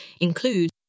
include